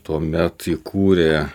tuomet įkūrė